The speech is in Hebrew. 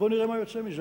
בוא ונראה מה יוצא מזה.